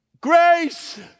grace